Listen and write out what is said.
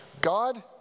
God